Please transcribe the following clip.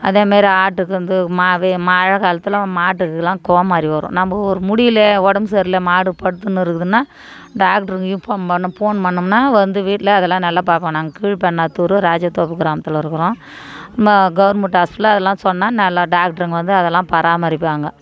அதே மாதிரி ஆட்டுக்கு வந்து மாவே மழை காலத்தில் மாட்டுக்குலாம் கோமாரி வரும் நம்ம ஒரு முடியல உடம்பு சரியல்ல மாடு படுத்துனு இருக்குதுன்னா டாக்ட்ருக்கு இன்பார்ம் பண்ண போன் பண்ணோம்னா வந்து வீட்டுல அதெல்லாம் நல்லா பாப்பாங்க நாங்க கீழ்பென்னாத்தூரு ராஜதோப்பு கிராமத்துல இருக்கிறோம் நம்ப கவுர்மண்டு ஹாஸ்பிடல்ல அதெல்லாம் சொன்னா நல்லா டாக்ட்ருங்க வந்து அதெல்லாம் பராமரிப்பாங்க